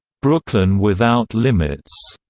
brooklyn without limits,